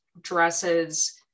dresses